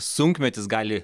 sunkmetis gali